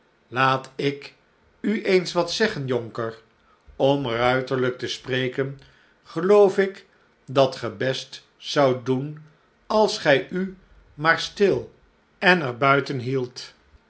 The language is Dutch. laat ik u eens wat zeggen jonker om ruiterlijk te spreken geloof ik dat ge best zoudt doen als gij u maar stil en er buiten hieldt